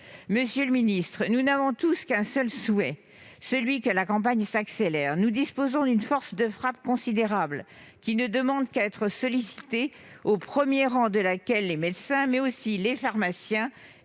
Monsieur le ministre, nous n'avons tous qu'un seul souhait : celui que la campagne de vaccination s'accélère. Nous disposons d'une force de frappe considérable qui ne demande qu'à être sollicitée, au premier rang de laquelle les médecins, mais aussi les pharmaciens